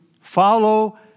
follow